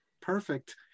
perfect